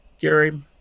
Gary